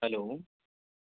hello